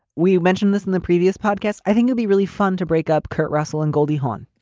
we mentioned this in the previous podcast. i think it'll be really fun to break up kurt russell and goldie hawn.